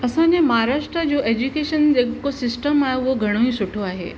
असांजे महाराष्ट्र जो एजुकेशन जेको सिस्टम आहे उहो घणो ई सुठो आहे